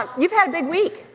um you've had a big week.